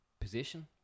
position